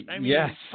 Yes